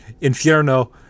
Inferno